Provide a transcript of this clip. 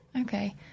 Okay